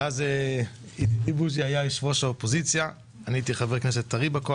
אז בוז'י היה יושב-ראש האופוזיציה ואני הייתי חבר כנסת טרי בקואליציה.